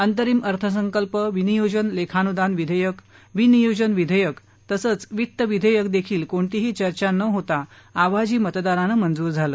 अंतरिम अर्थसंकल्प विनियोजन लेखानुदान विधेयक विनियोजन विधेयक तसंच वित्त विधेयक देखील कोणतीही चर्चा न होता आवाजी मतदानानं मंजूर झाली